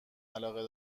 علاقه